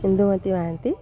Indumati Mohanty